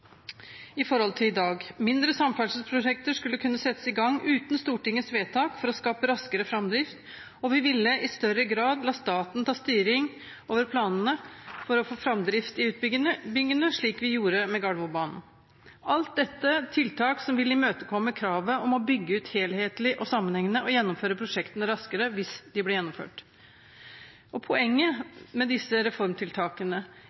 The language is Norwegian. i forhold til i dag, mindre samferdselsprosjekter skulle kunne settes i gang uten Stortingets vedtak, for å skape raskere framdrift, og vi ville i større grad la staten ta styring over planene for å få framdrift i utbyggingene, slik vi gjorde med Gardermobanen. Alt dette er tiltak som ville imøtekommet kravet om å bygge ut helhetlig og sammenhengende og gjennomføre prosjektene raskere – hvis de blir gjennomført. Poenget med disse reformtiltakene